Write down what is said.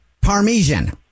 Parmesan